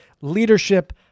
leadership